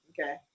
okay